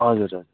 हजुर